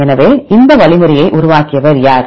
எனவே இந்த வழிமுறையை உருவாக்கியவர் யார்